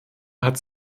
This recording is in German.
hat